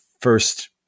first